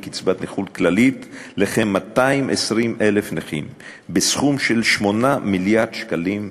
נכות כלכלית לכ-220,000 נכים בסכום של 8 מיליארד שקלים בשנה: